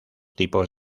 tipos